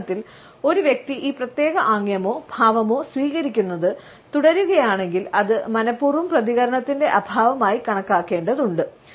സംഭാഷണത്തിൽ ഒരു വ്യക്തി ഈ പ്രത്യേക ആംഗ്യമോ ഭാവമോ സ്വീകരിക്കുന്നത് തുടരുകയാണെങ്കിൽ അത് മനപൂർവ്വം പ്രതികരണത്തിന്റെ അഭാവമായി കണക്കാക്കേണ്ടതുണ്ട്